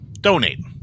donate